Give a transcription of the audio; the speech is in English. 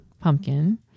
pumpkin